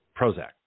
Prozac